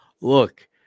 Look